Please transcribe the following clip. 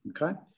okay